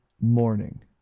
morning